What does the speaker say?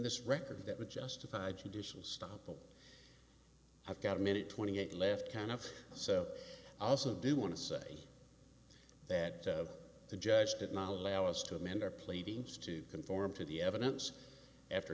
this record that would justify judicial stoppel i've got a minute twenty eight left kind of so i also do want to say that the judge did not allow us to amend our pleadings to conform to the evidence after